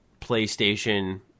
PlayStation